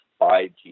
5G